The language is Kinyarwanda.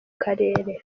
karere